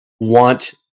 want